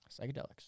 Psychedelics